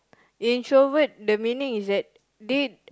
introvert the meaning is that they